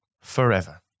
Forever